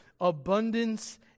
abundance